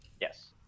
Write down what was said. Yes